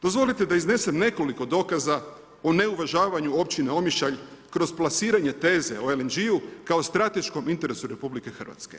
Dozvolite da iznesem nekoliko dokaza o neuvažavanju Općine Omišalj kroz plasiranje teze o LNG-u kao strateškom interesu RH.